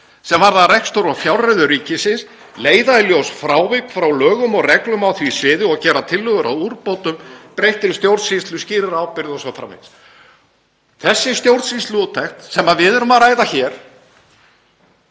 sem varða rekstur og fjárreiður ríkisins, leiða í ljós frávik frá lögum og reglum á því sviði og gera tillögur að úrbótum, bættri stjórnsýslu, skýrari ábyrgð“ o.s.frv. Þessi stjórnsýsluúttekt sem við erum að ræða hér